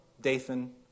Dathan